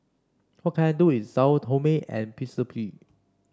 what can I do is Sao Tome and Principe